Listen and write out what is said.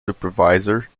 supervisor